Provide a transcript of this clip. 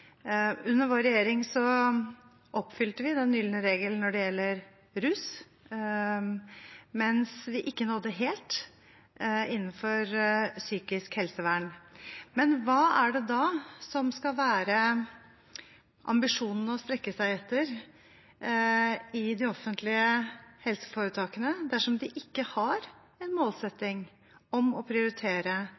Under vår regjering oppfylte vi den gylne regel når det gjelder rus, mens vi ikke nådde det helt innenfor psykisk helsevern. Men hva er det da som skal være ambisjonen å strekke seg etter i de offentlige helseforetakene dersom de ikke har en målsetting om å prioritere